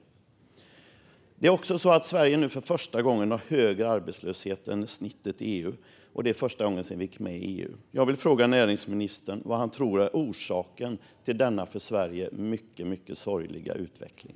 Sverige har nu också för första gången sedan vi gick med i EU högre arbetslöshet än snittet i EU. Jag vill fråga näringsministern vad han tror är orsaken till denna för Sverige mycket sorgliga utveckling.